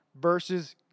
versus